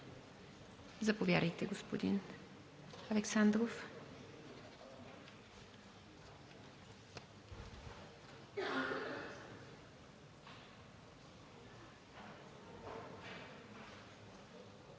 заповядайте, господин Александров.